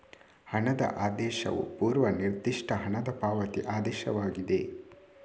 ಹಣದ ಆದೇಶವು ಪೂರ್ವ ನಿರ್ದಿಷ್ಟ ಹಣದ ಪಾವತಿ ಆದೇಶವಾಗಿದೆ